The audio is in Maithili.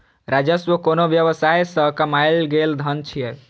राजस्व कोनो व्यवसाय सं कमायल गेल धन छियै